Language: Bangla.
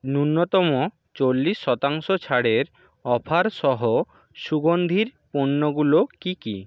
ন্যূনতম চল্লিশ শতাংশ ছাড়ের অফার সহ সুগন্ধির পণ্যগুলো কী কী